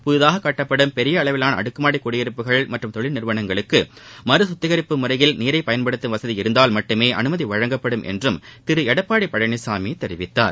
புதிதாக கட்டப்படும் பெரிய அளவிவான அடுக்குமாடி குடியிருப்புகள் மற்றும் தொழில் நிறுவனங்களுக்கு மறு குத்திகிப்பு முறையில் நீரை பயன்படுத்தும் வசதி இருந்தால் மட்டுமே அனுமதி வழங்கப்படும் என்றும் திரு எடப்பாடி பழனிசாமி தெரிவித்தார்